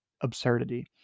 absurdity